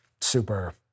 super